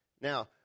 Now